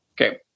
Okay